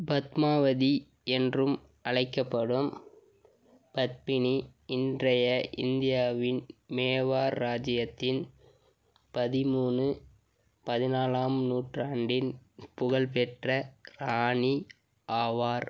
பத்மாவதி என்றும் அழைக்கப்படும் பத்மினி இன்றைய இந்தியாவின் மேவார் ராஜ்ஜியத்தின் பதிமூணு பதினாலாம் நூற்றாண்டின் புகழ்பெற்ற ராணி ஆவார்